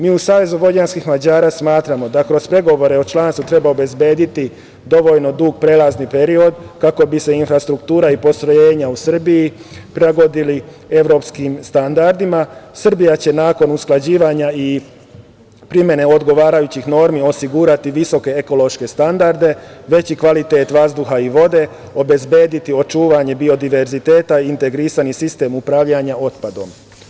Mi u SVM smatramo da kroz pregovore o članstvu treba obezbediti dovoljno dug prelazni period kako bi se infrastruktura i postrojenja u Srbiji prilagodili evropskim standardima, Srbija će nakon usklađivanja i primene odgovarajućih normi osigurati visoke ekološke standarde, veći kvalitet vazduha i vode, obezbediti očuvanje biodiverziteta i integrisani sistem upravljanja otpadom.